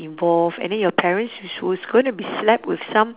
involved and then your parents which who's gonna be slapped with some